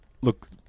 look